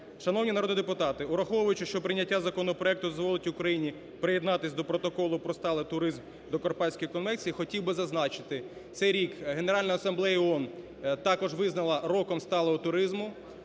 Шановні народні депутати, враховуючи, що прийняття законопроекту дозволить Україні приєднатись до Проколу про сталий туризм до Карпатської конвенції, хотів би зазначити, цей рік Генеральна асамблея ООН також визнала роком сталого туризму,